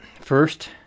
First